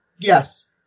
Yes